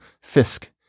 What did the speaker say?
Fisk